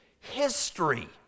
history